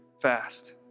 fast